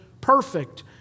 perfect